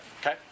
Okay